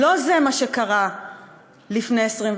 לא זה מה שקרה לפני 21